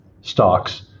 stocks